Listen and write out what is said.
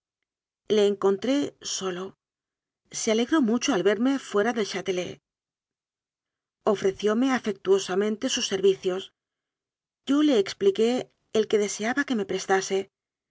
le encontré solo se alegró mucho al verme fuera del háte manon liet ofrecióme afectuosamente sus servicios yo le expliqué el que deseaba que me prestase